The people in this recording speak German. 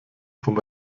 vom